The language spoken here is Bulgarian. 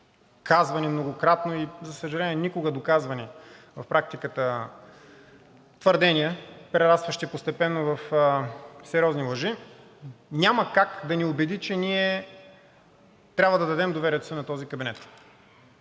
казвани многократно и за съжаление, никога доказвани в практиката твърдения, прерастващи постепенно в сериозни лъжи, няма как да ни убеди, че ние трябва да дадем доверието си на този кабинет.